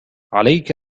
عليك